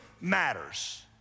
matters